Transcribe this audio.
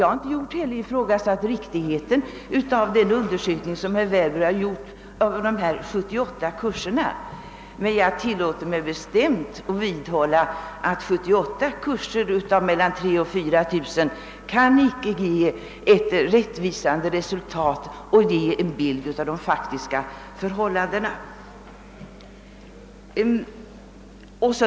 Jag har vidare inte ifrågasatt riktigheten av den undersökning herr Werbro genomfört av 78 kurser. Jag tillåter mig dock att bestämt vidhålla att 78 kurser av totalt mellan 3 000 och 4 000 sådana icke kan ge en allmänt rättvisande bild av de faktiska förhållandena.